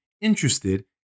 interested